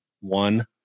one